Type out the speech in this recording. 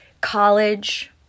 college